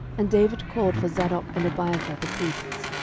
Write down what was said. and david called for zadok and abiathar the priests,